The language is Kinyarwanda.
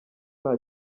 nta